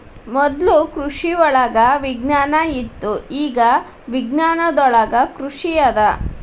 ಮೊದ್ಲು ಕೃಷಿವಳಗ ವಿಜ್ಞಾನ ಇತ್ತು ಇಗಾ ವಿಜ್ಞಾನದೊಳಗ ಕೃಷಿ ಅದ